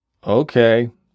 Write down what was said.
Okay